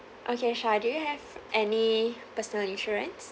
okay sha do you have any personal insurance